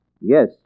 Yes